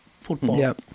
football